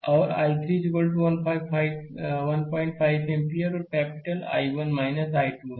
slide समय देखें 1701 और I3 15 एम्पीयर वह कैपिटल I1 I2 है